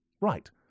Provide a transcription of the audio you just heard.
Right